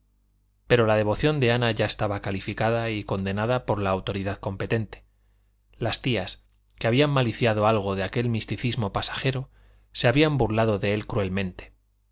pero la devoción de ana ya estaba calificada y condenada por la autoridad competente las tías que habían maliciado algo de aquel misticismo pasajero se habían burlado de él cruelmente